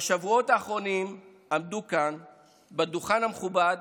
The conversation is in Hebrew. בשבועות האחרונים עמדו כאן על הדוכן המכובד